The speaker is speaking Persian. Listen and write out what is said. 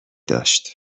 داشت